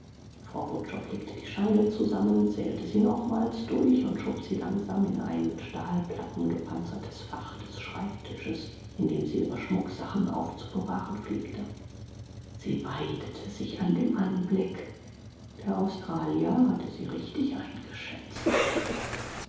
frau wutschow legte die scheine zusammen zählte sie nochmals durch und schob sie langsam in ein mit stahlplatten gepanzertes fach des schreibtisches in dem sie ihre schmucksachen aufzubewahren pflegte sie weidete sich an dem anblick der australier hatte sie richtig eingeschätzt